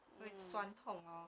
会酸痛 lor